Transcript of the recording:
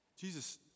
Jesus